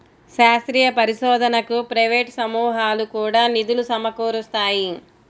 శాస్త్రీయ పరిశోధనకు ప్రైవేట్ సమూహాలు కూడా నిధులు సమకూరుస్తాయి